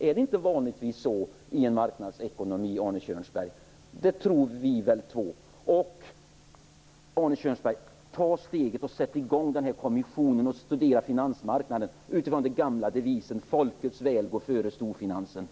Är det inte vanligtvis så i en marknadsekonomi, Arne Kjörnsberg? Det tror vi väl båda två. Och, Arne Kjörnsberg, ta steget och sätt i gång den här kommissionen och studera finansmarknaden utifrån den gamla devisen: Folkets väl går före storfinansens!